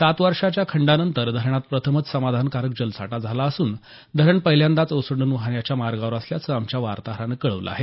सात वर्षांच्या खंडानंतर धरणात प्रथमच समाधानकारक जलसाठा झाला असून धरण पहिल्यांदाच ओसंडून वाहण्याच्या मार्गावर असल्याचं आमच्या वार्ताहरानं कळवलं आहे